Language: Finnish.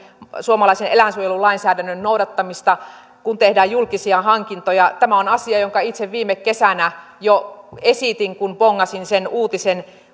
suomalaisen eläinsuojelulainsäädännön noudattamista kun tehdään julkisia hankintoja tämä on asia jonka itse viime kesänä jo esitin kun bongasin sen uutisen